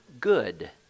good